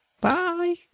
Bye